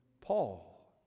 Paul